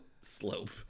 slope